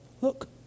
Look